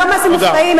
לא מעשים מופלאים,